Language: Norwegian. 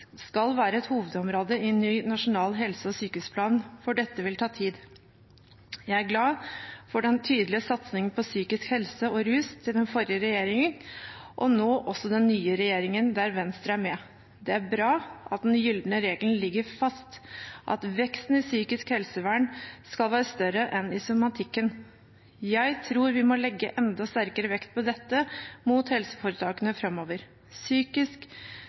skal være et hovedområde i ny nasjonal helse- og sykehusplan, for dette vil ta tid. Jeg er glad for den tydelige satsingen på psykisk helse og rus fra den forrige regjeringen og nå også fra den nye regjeringen, der Venstre er med. Det er bra at den gylne regelen ligger fast, og at veksten i psykisk helsevern skal være større enn i somatikken. Jeg tror vi må legge enda sterkere vekt på dette overfor helseforetakene framover. Psykisk